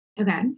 Okay